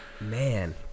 man